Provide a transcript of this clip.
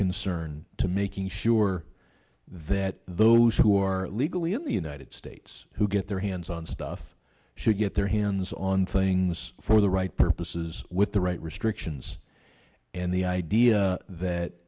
concern to making sure that those who are legally in the united states who get their hands on stuff should get their hands on things for the right purposes with the right restrictions and the idea that